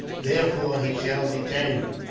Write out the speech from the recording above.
therefore, he shall detain him.